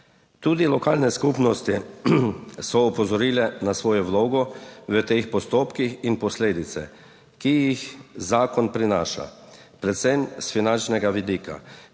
Tudi lokalne skupnosti so opozorile na svojo vlogo v teh postopkih in posledice, ki jih zakon prinaša, predvsem s finančnega vidika.